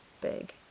big